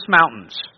Mountains